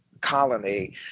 colony